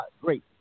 Great